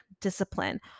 discipline